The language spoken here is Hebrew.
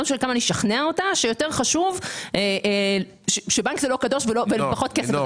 לא משנה כמה זמן אשכנע אותה שבנק זה לא קדוש והתשואה בו נותנת פחות כסף.